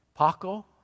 Paco